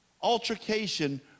altercation